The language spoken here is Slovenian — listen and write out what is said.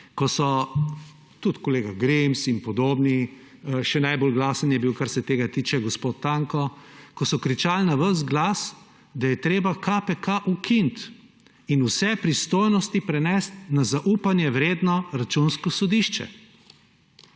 ko so tudi kolega Grims in podobni, še najbolj glasen je bil, kar se tega tiče, gospod Tanko, ko so kričali na ves glas, da je treba KPK ukiniti in vse pristojnosti prenesti na zaupanje vredno Računsko sodišče.